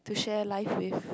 to share life with